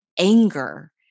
anger